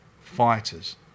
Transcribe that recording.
fighters